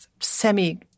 semi